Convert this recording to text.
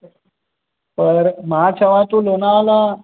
पर मां चवां थो लोनावला